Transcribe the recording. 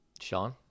Sean